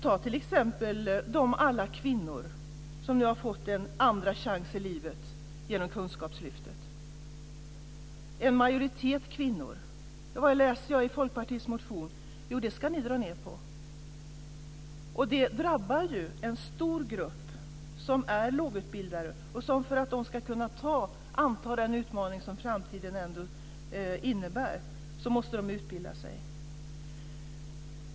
Ta t.ex. alla de kvinnor som nu har fått en andra chans i livet genom Kunskapslyftet. Det är en majoritet kvinnor. Vad läser jag i Folkpartiets motion? Jo, det ska ni dra ned på. Det drabbar en stor grupp som är lågutbildad, som för att kunna anta den utmaning som framtiden ändå innebär måste utbilda sig.